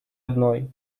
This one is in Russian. одной